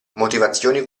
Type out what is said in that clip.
motivazioni